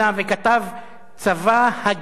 צבא הגנבה לישראל,